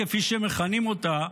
כפי שמכנים אותה,